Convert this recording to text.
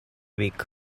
vic